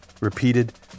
repeated